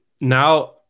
Now